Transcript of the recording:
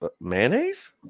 mayonnaise